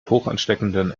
hochansteckenden